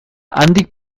handik